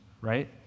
right